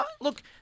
look